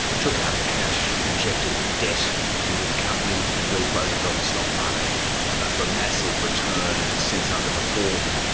took out the cash, injected debt into the company, then refloated it on the stock market for a massive return. and it has since underperformed.